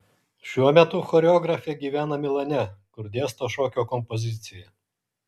šiuo metu choreografė gyvena milane kur dėsto šokio kompoziciją